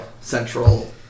central